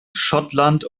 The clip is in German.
schottland